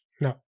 No